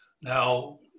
Now